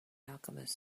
alchemist